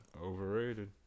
Overrated